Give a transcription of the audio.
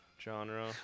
genre